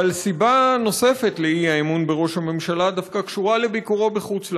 אבל סיבה נוספת לאי-אמון בראש הממשלה דווקא קשורה לביקורו בחוץ לארץ.